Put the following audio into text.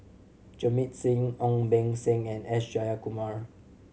Jamit Singh Ong Beng Seng and S Jayakumar